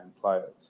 players